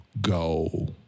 go